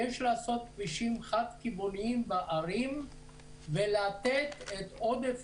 יש לעשות כבישים חד-כיווניים בערים ולתת את עודף